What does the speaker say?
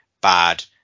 bad